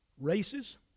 races